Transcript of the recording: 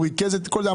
הוא ריכז את כל זה,